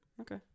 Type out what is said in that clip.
Okay